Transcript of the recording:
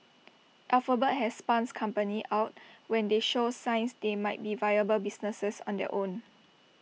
alphabet has spun companies out when they show signs they might be viable businesses on their own